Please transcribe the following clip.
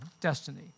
destiny